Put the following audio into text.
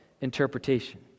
interpretation